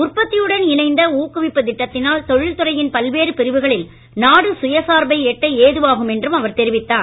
உற்பத்தியுடன் இணைந்த ஊக்குவிப்புத் திட்டத்தினால் தொழில்துறையின் பல்வேறு பிரிவுகளில் நாடு சுயசார்பை எட்ட ஏதுவாகும் என்று அவர் தெரிவித்தார்